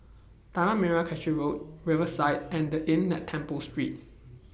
Tanah Merah Kechil Road Riverside and The Inn At Temple Street